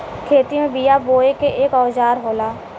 खेती में बिया बोये के एक औजार होला